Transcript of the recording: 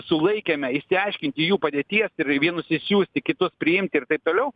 sulaikėme išsiaiškinti jų padėties ir vienus išsiųsti kitus priimti ir taip toliau